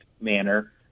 manner